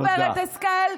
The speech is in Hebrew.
הגב' השכל?